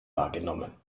wahrgenommen